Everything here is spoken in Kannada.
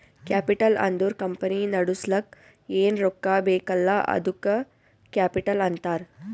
ಕ್ಯಾಪಿಟಲ್ ಅಂದುರ್ ಕಂಪನಿ ನಡುಸ್ಲಕ್ ಏನ್ ರೊಕ್ಕಾ ಬೇಕಲ್ಲ ಅದ್ದುಕ ಕ್ಯಾಪಿಟಲ್ ಅಂತಾರ್